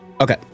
Okay